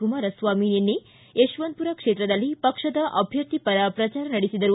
ಕುಮಾರಸ್ವಾಮಿ ನಿನ್ನೆ ಯಶವಂತಪುರ ಕ್ಷೇತ್ರದಲ್ಲಿ ಪಕ್ಷದ ಅಭ್ಯರ್ಥಿ ಪರ ಪ್ರಚಾರ ನಡೆಸಿದರು